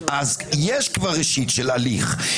יש כבר ראשית של הליך.